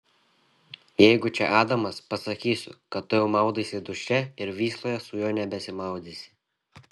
jeigu čia adamas pasakysiu kad tu jau maudaisi duše ir vysloje su juo nebesimaudysi